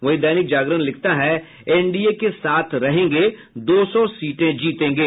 वहीं दैनिक जागरण लिखता है एनडीए के साथ रहेंगे दो सौ सीटें जीतेंगे